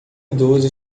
idoso